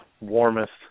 warmest